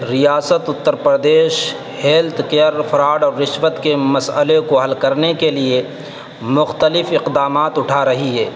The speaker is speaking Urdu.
ریاست Uttar Pradesh health care fraud رشوت کے مسئلے کو حل کرنے کے لیے مختلف اقدامات اٹھا رہی ہے